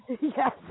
Yes